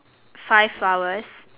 five flowers